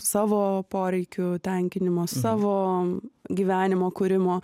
savo poreikių tenkinimo savo gyvenimo kūrimo